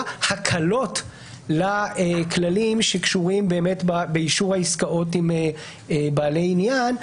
הקלות לכללים שקשורים באמת באישור העסקאות עם בעלי עניין.